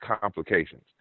complications